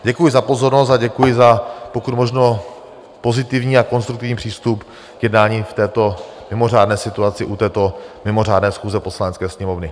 Děkuji za pozornost a děkuji za pokud možno pozitivní a konstruktivní přístup k jednání v této mimořádné situaci u této mimořádné schůze Poslanecké sněmovny.